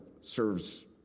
serves